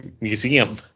museum